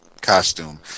costume